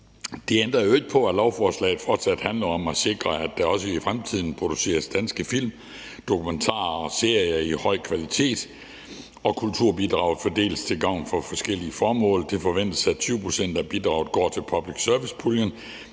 Det ændrer jo ikke på, at lovforslaget fortsat handler om at sikre, at der også i fremtiden produceres danske film, dokumentarer og serier af høj kvalitet, og at kulturbidraget fordeles til gavn for forskellige formål. Det forventes, at 20 pct. af bidraget går til public service-puljen,